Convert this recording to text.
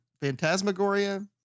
Phantasmagoria